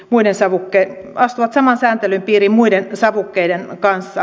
muiden savukkeen vasta saman sääntelyn piiriin muiden savukkeiden kanssa